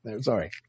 Sorry